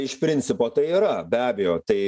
iš principo tai yra be abejo tai